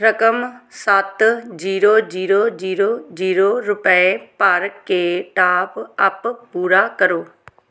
ਰਕਮ ਸੱਤ zero zero zero zero ਰੁਪਏ ਭਰ ਕੇ ਟਾਪ ਅੱਪ ਪੂਰਾ ਕਰੋ